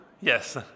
Yes